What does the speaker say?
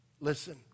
Listen